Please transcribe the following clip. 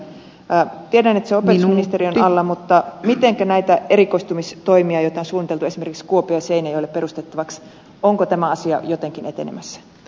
tiedän että se on opetusministeriön alla mutta ovatko nämä erikoistumistoimet joita on suunniteltu esimerkiksi kuopioon ja seinäjoelle perustettavaksi jotenkin etenemässä